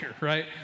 right